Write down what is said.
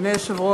אדוני היושב-ראש,